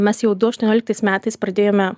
mes jau du aštuonioliktais metais pradėjome